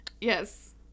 Yes